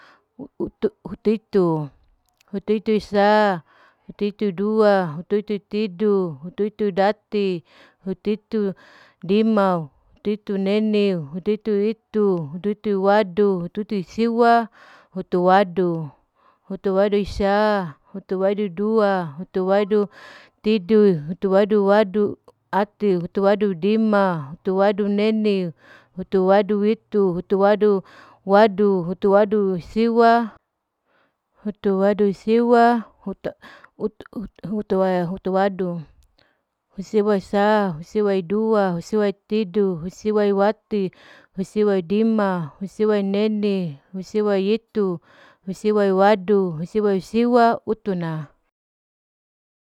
Hutuitu, hutuituisa, hutuitudua, hutuitu tidu, hutuitudati, hutuitudimau, hutuituneniu, hutuituitu, hutuituwadu, hutuitusiwa, hutuwadu. hutuwaduisa, huwadudua, hutuwadutidu, hutuwaduwadu atiu, hutuwadudima, hutuwaduneni, hituwaduwadu, hutuwadusiwa, hutuwadusiwa hutu hut hutuwadu, husiwahusa, husiwaidua, husiwaitidu, husiwaiwati, husiwaidima, husewaineni, husiwaiitu, husewawadu, dahusiwasiwa, hutuna.